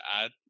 add